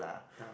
lah